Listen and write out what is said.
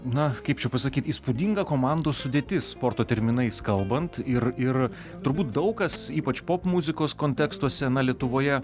na kaip čia pasakyt įspūdinga komandos sudėtis sporto terminais kalbant ir ir turbūt daug kas ypač popmuzikos kontekstuose na lietuvoje